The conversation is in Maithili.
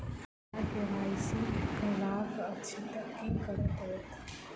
हमरा केँ वाई सी करेवाक अछि तऽ की करऽ पड़तै?